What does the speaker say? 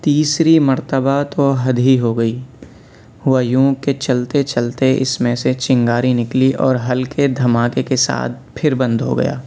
تیسری مرتبہ تو حد ہی ہوگئی ہوا يوں كہ چلتے چلتے اِس ميں سے چنگارى نكلى اور ہلکے دھماکے کے ساتھ پھر بند ہوگیا